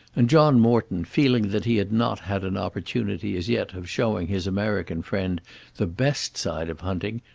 and john morton, feeling that he had not had an opportunity as yet of showing his american friend the best side of hunting,